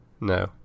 no